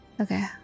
Okay